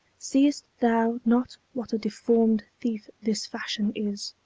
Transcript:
seest thou not what a deformed thief this fashion is?